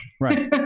Right